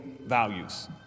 values